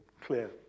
clear